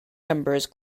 numbers